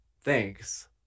Thanks